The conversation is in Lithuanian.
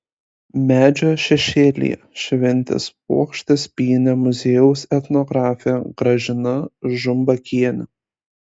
medžio šešėlyje šventės puokštes pynė muziejaus etnografė gražina žumbakienė